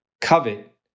covet